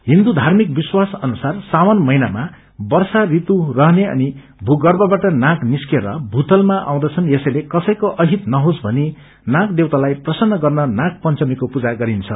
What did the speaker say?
हिन्दू धार्मिक विश्वास अनुसार सावन महिनामा वर्षा ऋतु रहने अनि भूगर्मबाट नाग निस्किएर भूतलामा आउँदछन् यसैले कसैको अहित नहोस भनी नाग देवातालाई प्रसन्न गर्न नाग पंचमीको पूजा गरिन्छ